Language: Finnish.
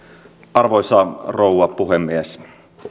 arvoisa rouva puhemies